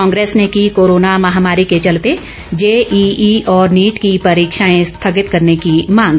कांग्रेस ने की कोरोना महामारी के चलते जेईई और नीट की परीक्षाएं स्थगित करने की मांग